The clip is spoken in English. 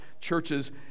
churches